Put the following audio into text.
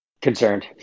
Concerned